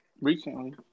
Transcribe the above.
Recently